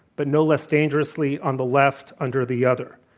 but no less dangerously on the left under the other.